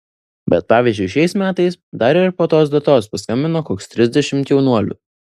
bet pavyzdžiui šiais metais dar ir po tos datos paskambino koks trisdešimt jaunuolių